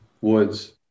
woods